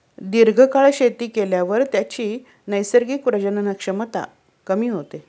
दीर्घकाळ शेती केल्यावर त्याची नैसर्गिक प्रजनन क्षमता कमी होते